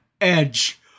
Edge